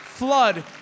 Flood